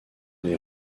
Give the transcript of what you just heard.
les